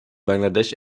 bangladesch